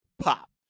pop